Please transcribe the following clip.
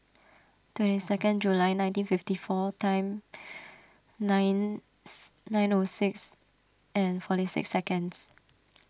twenty second July nineteen fifty four time nine nine O six and forty six seconds